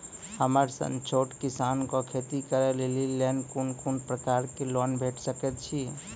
हमर सन छोट किसान कअ खेती करै लेली लेल कून कून प्रकारक लोन भेट सकैत अछि?